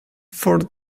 for